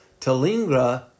Talingra